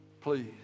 please